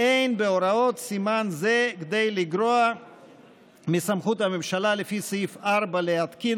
"אין בהוראות סימן זה כדי לגרוע מסמכות הממשלה לפי סעיף 4 להתקין